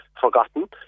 forgotten